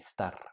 estar